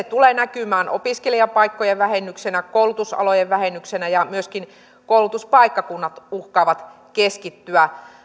tulee näkymään opiskelijapaikkojen vähennyksenä koulutusalojen vähennyksenä ja myöskin koulutuspaikkakunnat uhkaavat keskittyä